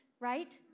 right